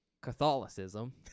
Catholicism